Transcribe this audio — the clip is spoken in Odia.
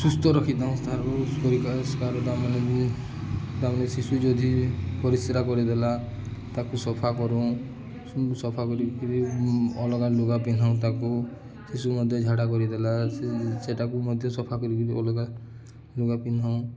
ସୁସ୍ଥ ରଖିଥାଉ ତାରକାର ତାମାନେ ତାମାନେ ଶିଶୁ ଯଦି ପରିସ୍ରା କରିଦେଲା ତାକୁ ସଫା କରୁ ସଫା କରିକିରି ଅଲଗା ଲୁଗା ପିନ୍ଧାଉଁ ତାକୁ ଶିଶୁ ମଧ୍ୟ ଝାଡ଼ା କରିଦେଲା ସେଟାକୁ ମଧ୍ୟ ସଫା କରିକିରି ଅଲଗା ଲୁଗା ପିନ୍ଧାଉଁ